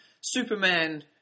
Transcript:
Superman